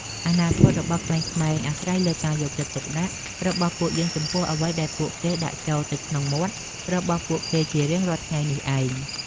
អនាគតរបស់ក្មេងៗអាស្រ័យលើការយកចិត្តទុកដាក់របស់ពួកយើងចំពោះអ្វីដែលពួកគេដាក់ចូលទៅក្នុងមាត់របស់ពួកគេជារៀងរាល់ថ្ងៃនេះឯង។